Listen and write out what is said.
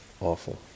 awful